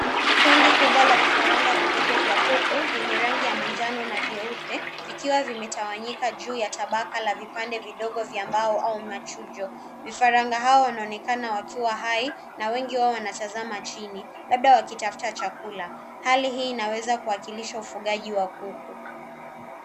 Kundi kubwa la vifaranga vidogo vya kuku zenye rangi ya manjano na vyeupe vikiwa vimetawanyika juu ya tabaka la vipande vidogo vya mbao au machujo. Vifaraga hao wanaonekana wakiwa hai na wengi wao wanatazama chini labda waki tafuta chakula. Hali hii inaweza wakilisha ufugaji wa kuku.